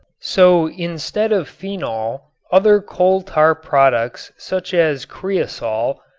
so instead of phenol, other coal tar products such as cresol,